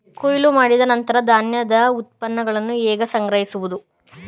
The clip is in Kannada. ಕೊಯ್ಲು ಮಾಡಿದ ನಂತರ ಧಾನ್ಯದ ಉತ್ಪನ್ನಗಳನ್ನು ಹೇಗೆ ಸಂಗ್ರಹಿಸುವುದು?